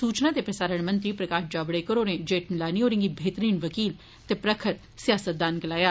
सूचना ते प्रसारण मंत्री प्रकाश जावेडकर होरें जेठमिलानी होरेंगी बेहतरीन वकील ते प्रखट सियासतदान गलाया